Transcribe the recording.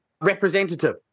representative